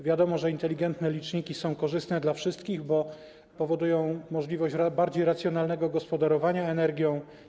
Wiadomo, że inteligentne liczniki są korzystne dla wszystkich, bo umożliwiają bardziej racjonalne gospodarowanie energią.